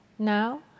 Now